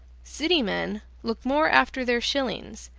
city men look more after their shillings,